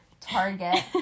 target